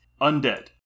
Undead